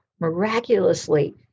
miraculously